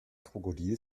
krokodil